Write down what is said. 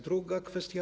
Druga kwestia.